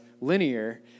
linear